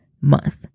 month